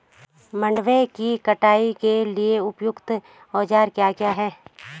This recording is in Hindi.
मंडवे की कटाई के लिए उपयुक्त औज़ार क्या क्या हैं?